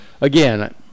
again